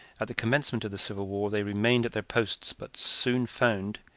at the commencement of the civil war they remained at their posts, but soon found,